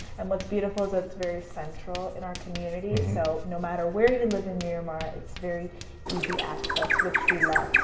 and what's beautiful is it's very central in our community, so no matter where you live in miramar it's very easy access, which we love.